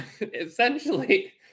essentially